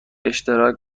اشتراک